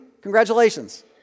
Congratulations